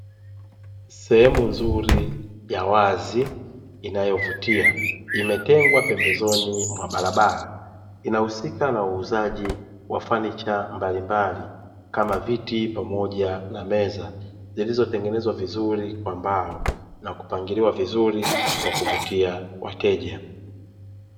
Sehemu nzuri ya wazi inayovutia imetengwa pembezoni mwa barabara inahusika na uuzaji wa fanicha mbalimbali kama viti pamoja na meza zilizotengenezwa vizuri kwa mbao na kupangiliwa vizuri kuvutia wateja.